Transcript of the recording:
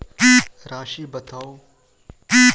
राशि बताउ